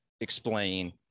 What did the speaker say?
explain